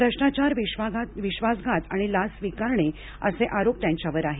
भ्रष्टाचार विश्वासघात आणि लाच स्वीकारणे असे त्यांच्यावर आरोप आहेत